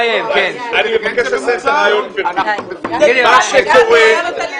אם היית נותן לי,